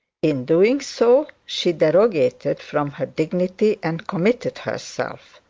in doing so she derogated from her dignity and committed herself.